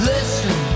Listen